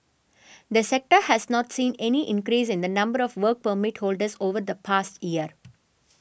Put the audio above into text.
the sector has not seen any increase in the number of Work Permit holders over the past year